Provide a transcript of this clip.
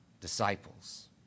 disciples